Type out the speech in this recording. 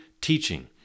teaching